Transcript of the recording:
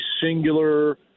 singular